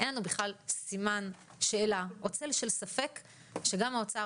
אין לנו בכלל סימן שאלה או צל של ספק שגם האוצר